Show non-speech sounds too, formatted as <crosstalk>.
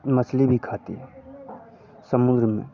मछली भी खाती हैं <unintelligible>